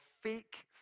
fake